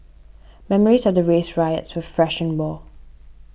memories of the race riots were fresh and raw